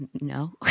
No